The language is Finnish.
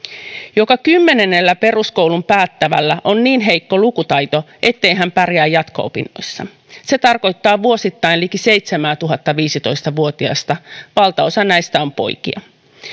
joka kymmenennellä peruskoulun päättävällä on niin heikko lukutaito ettei hän pärjää jatko opinnoissa se tarkoittaa vuosittain liki seitsemäätuhatta viisitoista vuotiasta valtaosa näistä on poikia